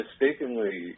mistakenly